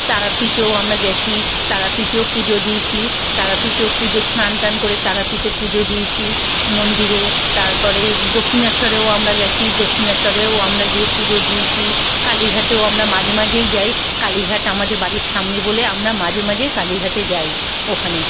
তারাপীঠেও আমরা গেছি তারাপীঠেও পুজো দিয়েছি তারাপীটেও পুজো স্নান টান করে তারাপীঠে পুজো দিয়েছি মন্দিরে তারপরে দক্ষিণেশ্বরেও আমরা গেছি দক্ষিণেশ্বরেও আমরা গিয়ে পুজো দিয়েছি কালীঘাটেও আমরা মাঝে মাঝেই যাই কালীঘাট আমাদের বাড়ির সামনে বলে আমরা মাঝে মাঝেই কালীঘাটে যাই ওখানে